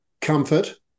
Comfort